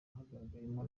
hagaragayemo